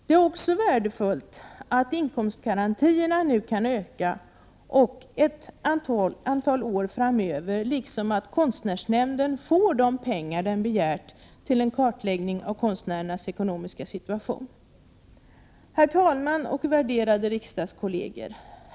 Det är också värdefullt att inkomstgarantierna nu kan öka ett antal år framöver, liksom att konstnärsnämnden får de pengar den begär till en kartläggning av konstnärernas ekonomiska situation. Herr talman och värderade riksdagskolleger!